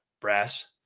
Brass